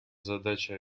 задача